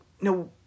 no